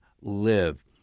live